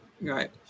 right